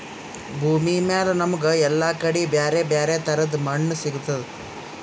ಭೂಮಿಮ್ಯಾಲ್ ನಮ್ಗ್ ಎಲ್ಲಾ ಕಡಿ ಬ್ಯಾರೆ ಬ್ಯಾರೆ ತರದ್ ಮಣ್ಣ್ ಸಿಗ್ತದ್